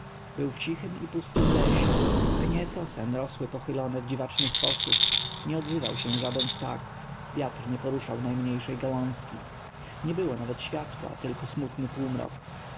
był w cichym i pustym lesie pnie sosen rosły pochylone w dziwaczny sposób nie odzywał się żaden ptak wiatr nie poruszał najmniejszej gałązki nie było nawet światła tylko smutny